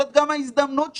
זו גם ההזדמנות שלנו.